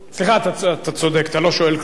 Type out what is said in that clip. סליחה, אתה צודק, אתה לא שואל כלום.